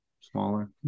smaller